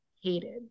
hated